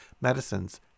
medicines